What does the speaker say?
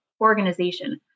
organization